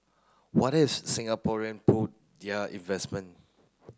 what if Singaporean pull their investment